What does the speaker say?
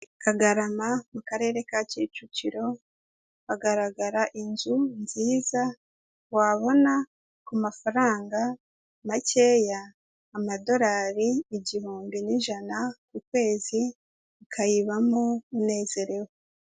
Kagarama mu karere ka kicukiro hagaragara inzu nziza wabona ku mafaranga makeya amadolari igihumbi n'ijana ukwezi ukayibamo unezerewe.